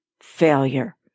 failure